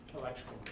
electrical